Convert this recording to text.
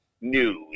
news